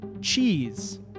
Cheese